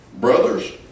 brothers